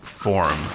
Form